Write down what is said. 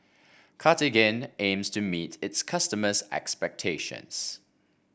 Cartigain aims to meet its customers' expectations